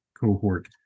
cohort